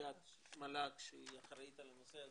נציגת מל"ג שהיא אחראית על הנושא הזה,